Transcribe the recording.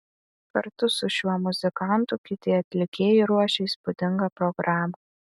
kartu su šiuo muzikantu kiti atlikėjai ruošia įspūdingą programą